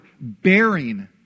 bearing